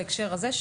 בהקשר הזה,